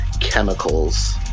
chemicals